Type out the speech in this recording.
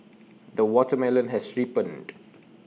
the watermelon has ripened